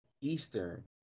Eastern